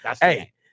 hey